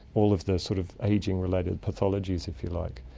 all of the sort of ageing related pathologies, if you like.